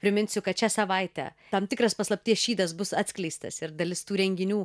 priminsiu kad šią savaitę tam tikras paslapties šydas bus atskleistas ir dalis tų renginių